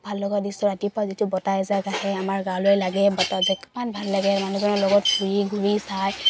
ভাল লগা দৃশ্য ৰাতিপুৱা যিটো বতাহ এযাক আহে আমাৰ গালৈ লাগে বতাহযাক ইমান ভাল লাগে মানুহজনৰ লগত ঘূৰি ঘূৰি চাই